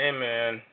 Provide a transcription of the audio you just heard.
Amen